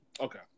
Okay